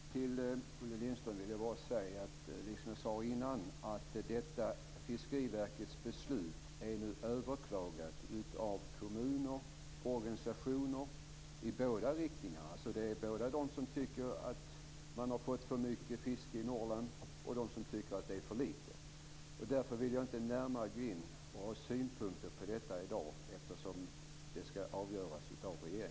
Fru talman! Till Olle Lindström vill jag bara säga det som jag sade tidigare. Detta beslut av Fiskeriverket är nu överklagat av kommuner och organisationer i båda riktningar. Det finns både de som tycker att man har fått för mycket fiske i Norrland och de som tycker att man har fått för litet. Jag vill i dag inte närmare gå in på detta och ha synpunkter, eftersom det skall avgöras av regeringen.